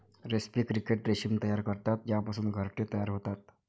रेस्पी क्रिकेट रेशीम तयार करतात ज्यापासून घरटे तयार होतात